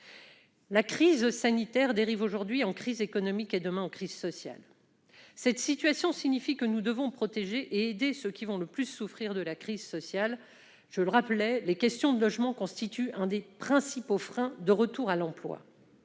La crise sanitaire dérive aujourd'hui en crise économique et dérivera demain en crise sociale. Cette situation signifie que nous devons protéger et aider ceux qui vont le plus souffrir. Je le rappelais, les questions de logement constituent l'un des principaux freins au retour à l'emploi.